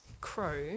Crow